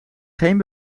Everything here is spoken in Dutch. geen